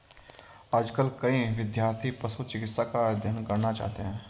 आजकल कई विद्यार्थी पशु चिकित्सा का अध्ययन करना चाहते हैं